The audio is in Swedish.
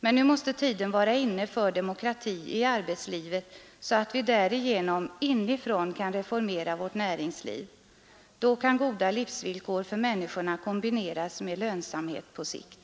Men nu måste tiden vara inne för demokrati i arbetslivet, så att vi därigenom inifrån kan reformera vårt näringsliv. Då kan goda livsvillkor för människorna kombineras med lönsamhet på sikt.